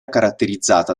caratterizzata